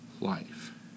life